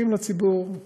פתוחים לציבור,